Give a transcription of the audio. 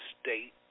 state